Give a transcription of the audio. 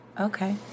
Okay